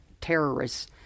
terrorists